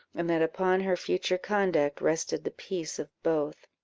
and that upon her future conduct rested the peace of both.